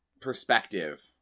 perspective